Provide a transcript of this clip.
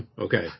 Okay